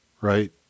Right